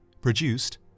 Produced